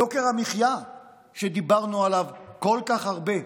יוקר המחיה שדיברנו עליו כל כך הרבה נעלם?